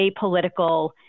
apolitical